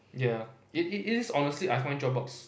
ya it it it is I honestly find Dropbox